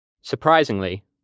Surprisingly